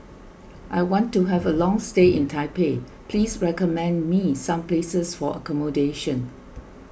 I want to have a long stay in Taipei please recommend me some places for accommodation